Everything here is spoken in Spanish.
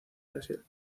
brasil